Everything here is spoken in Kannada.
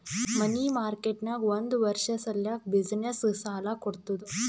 ಮನಿ ಮಾರ್ಕೆಟ್ ನಾಗ್ ಒಂದ್ ವರ್ಷ ಸಲ್ಯಾಕ್ ಬಿಸಿನ್ನೆಸ್ಗ ಸಾಲಾ ಕೊಡ್ತುದ್